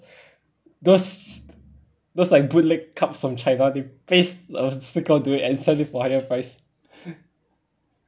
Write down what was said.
those those like bootleg cups from china they paste a sticker onto it and sell it for higher price